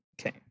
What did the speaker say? Okay